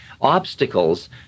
obstacles